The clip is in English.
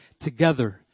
together